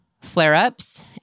flare-ups